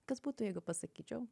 kas būtų jeigu pasakyčiau